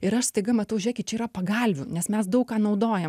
ir aš staiga matau žiūrėkit čia yra pagalvių nes mes daug ką naudojam